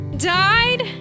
died